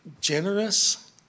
generous